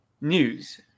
news